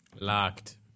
Locked